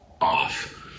off